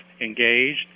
engaged